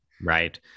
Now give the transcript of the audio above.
right